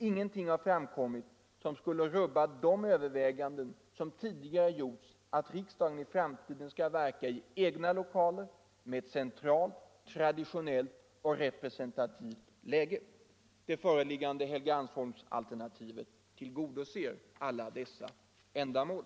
Ingenting har framkommit som skulle rubba de överväganden som tidigare gjorts, att riksdagen i framtiden skall verka i egna lokaler med ett centralt, traditionellt och representativt läge. Det föreliggande Helgeandsholmsalternativet tillgodoser dessa önskemål.